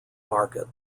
market